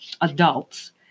adults